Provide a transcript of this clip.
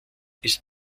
ist